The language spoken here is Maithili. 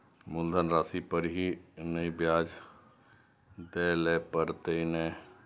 मुलधन राशि पर ही नै ब्याज दै लै परतें ने?